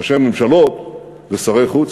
ראשי ממשלות ושרי חוץ,